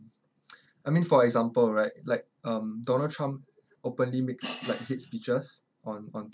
I mean for example right like um donald trump openly makes like hate speeches on on